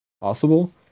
possible